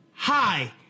hi